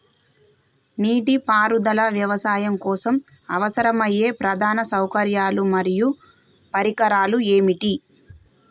నీటిపారుదల వ్యవసాయం కోసం అవసరమయ్యే ప్రధాన సౌకర్యాలు మరియు పరికరాలు ఏమిటి?